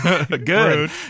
Good